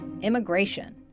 immigration